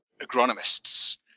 agronomists